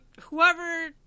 whoever